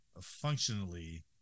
functionally